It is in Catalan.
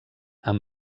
amb